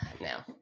No